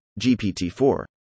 GPT-4